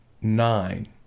nine